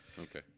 okay